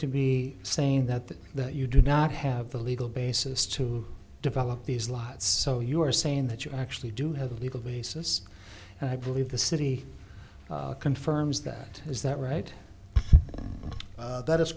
to be saying that the that you do not have the legal basis to develop these lots so you are saying that you actually do have a legal basis and i believe the city confirms that is that right that is